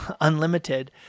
unlimited